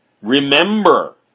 Remember